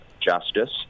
justice